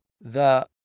the